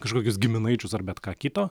kažkokius giminaičius ar bet ką kito